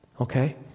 Okay